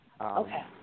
Okay